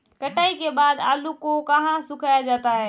कटाई के बाद आलू को कहाँ सुखाया जाता है?